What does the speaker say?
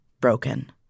broken